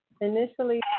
Initially